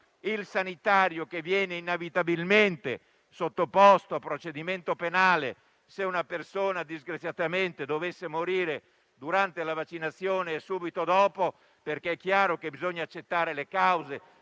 del sanitario, che viene inevitabilmente sottoposto a procedimento penale se una persona disgraziatamente dovesse morire durante la vaccinazione o subito dopo, perché è chiaro che bisogna accertare le cause